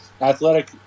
athletic